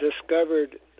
discovered